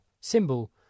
symbol